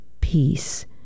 peace